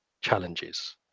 challenges